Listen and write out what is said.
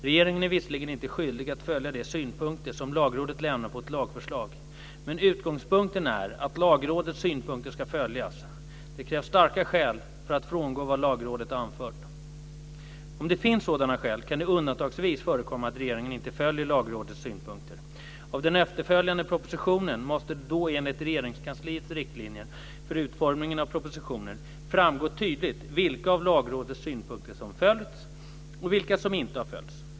Regeringen är visserligen inte skyldig att följa de synpunkter som Lagrådet lämnar på ett lagförslag, men utgångspunkten är att Lagrådets synpunkter ska följas. Det krävs starka skäl för att frångå vad Lagrådet har anfört. Om det finns sådana skäl kan det undantagsvis förekomma att regeringen inte följer Lagrådets synpunkter. Av den efterföljande propositionen måste det då enligt Regeringskansliets riktlinjer för utformning av propositioner framgå tydligt vilka av Lagrådets synpunkter som följts och vilka som inte har följts.